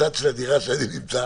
בצד של הדירה בו אני נמצא,